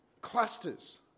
Clusters